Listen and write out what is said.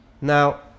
Now